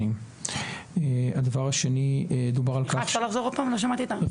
הוא פותר בצורה משמעותית את בעיית השכר אבל עם כל הכבוד